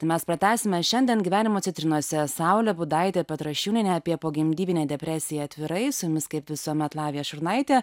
tai mes pratęsime šiandien gyvenimo citrinose saulė budaitė petrašiūnienė apie pogimdyminę depresiją atvirai su jumis kaip visuomet lavija šurnaitė